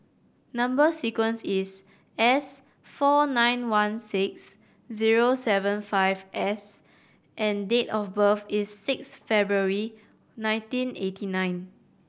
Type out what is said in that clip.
number sequence is S four nine one six zero seven five S and date of birth is six February nineteen eighty nine